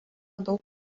daug